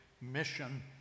mission